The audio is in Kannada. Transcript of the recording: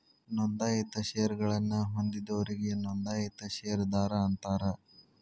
ನೋಂದಾಯಿತ ಷೇರಗಳನ್ನ ಹೊಂದಿದೋರಿಗಿ ನೋಂದಾಯಿತ ಷೇರದಾರ ಅಂತಾರ